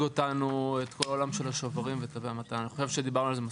את כל העולם של השוברים ותווי המתנה; אני חושב שדיברנו על זה מספיק.